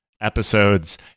episodes